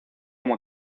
como